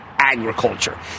agriculture